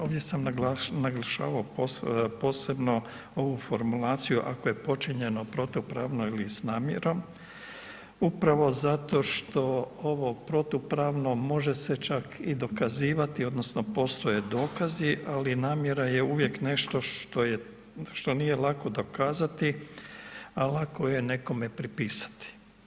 Ovdje sam naglašavao posebno ovu formulaciju ako je počinjeno protupravno ili s namjerom, upravo zato što ovo protupravno može se čak i dokazivati odnosno postoje dokazi ali namjera je uvijek nešto što nije lako dokazati a lako je nekome pripisati.